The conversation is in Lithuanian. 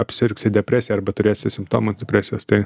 apsirgsi depresija arba turėsi simptomų depresijos tai